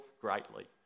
greatly